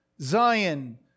Zion